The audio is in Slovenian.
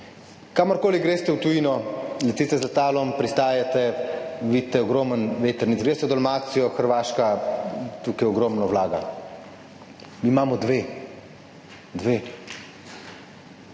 Kamorkoli greste v tujino, letite z letalom, pristajate, vidite ogromno vetrnic. Greste v Dalmacijo, Hrvaška tukaj ogromno vlaga. Mi imamo dve. Kaj